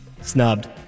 Snubbed